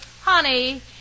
Honey